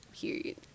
Period